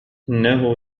إنه